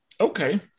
Okay